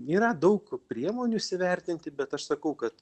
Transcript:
yra daug priemonių įsivertinti bet aš sakau kad